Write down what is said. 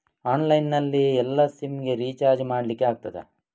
Online ನಲ್ಲಿ ಎಲ್ಲಾ sim ಗೆ ರಿಚಾರ್ಜ್ ಮಾಡಲಿಕ್ಕೆ ಆಗ್ತದಾ?